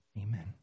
Amen